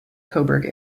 cobourg